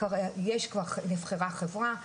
נבחרה חברה,